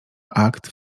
akt